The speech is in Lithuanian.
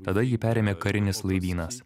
tada jį perėmė karinis laivynas